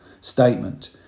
statement